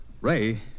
Ray